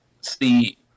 see